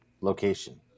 location